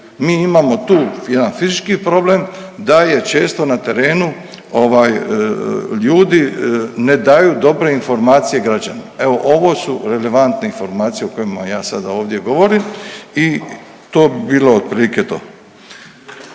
Mi imamo tu jedan fizički problem da je često na terenu ovaj ljudi ne daju dobre informacije građanima, evo ovo su relevantne informacije o kojima ja sada ovdje govorim i to bi bilo otprilike to.